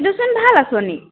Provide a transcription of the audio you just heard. এইটোচোন ভাল আঁচনি